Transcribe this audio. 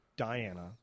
diana